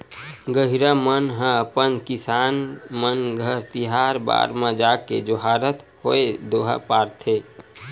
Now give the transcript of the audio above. गहिरा मन ह अपन किसान मन घर तिहार बार म जाके जोहारत होय दोहा पारथे